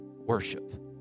worship